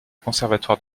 conservatoire